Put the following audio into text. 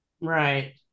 Right